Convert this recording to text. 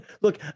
Look